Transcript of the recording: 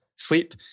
sleep